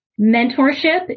mentorship